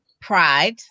Pride